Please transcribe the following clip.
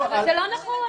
אבל זה לא נכון.